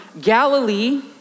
Galilee